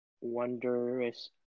Wondrous